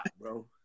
bro